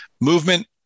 movement